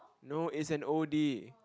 no it's an oldie